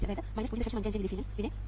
2 millisiemens പിന്നെ 40